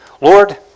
Lord